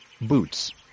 boots